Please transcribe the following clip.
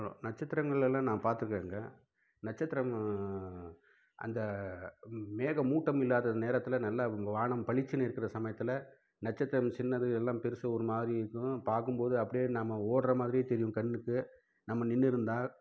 நட்சத்திரங்கள் எல்லாம் நான் பார்த்துருக்கேங்க நட்சத்திரம் அந்த மேகமூட்டம் இல்லாத நேரத்தில் நல்லா வானம் பளிச்சுனு இருக்கிற சமயத்தில் நட்சத்திரம் சின்னது எல்லாம் பெரிசு ஒருமாதிரி இருக்கும் பார்க்கும்போது அப்படியே நம்ம ஓடுற மாதிரியே தெரியும் கண்ணுக்கு நம்ம நின்றுருந்தா